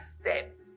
step